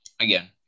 again